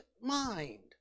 mind